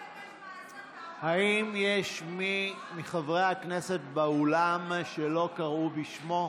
האם יש מי מחברי הכנסת באולם שלא קראו בשמו?